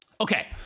Okay